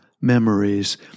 memories